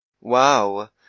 wow